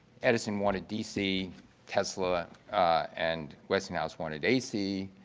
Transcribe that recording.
edison wanted dc tesla and westinghouse wanted ac.